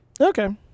Okay